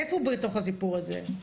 איפה הוא בתוך הסיפור הזה?